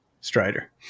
Strider